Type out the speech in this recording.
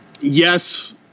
Yes